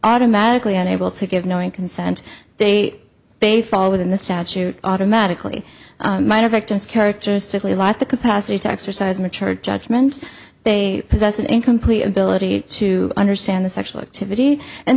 automatically unable to give knowing consent they baseball within the statute automatically might have victims characteristically like the capacity to exercise mature judgment they possess an incomplete ability to understand the sexual activity and